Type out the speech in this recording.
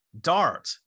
DART